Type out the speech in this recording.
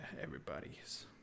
everybody's